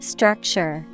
Structure